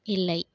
இல்லை